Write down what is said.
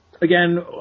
Again